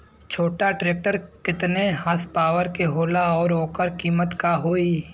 छोटा ट्रेक्टर केतने हॉर्सपावर के होला और ओकर कीमत का होई?